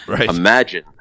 imagine